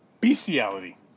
bestiality